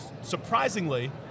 surprisingly